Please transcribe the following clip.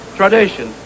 tradition